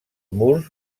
murs